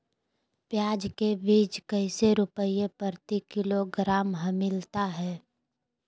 प्याज के बीज कैसे रुपए प्रति किलोग्राम हमिलता हैं?